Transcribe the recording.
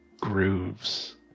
grooves